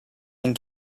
and